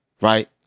Right